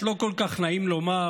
לא כל כך נעים לומר,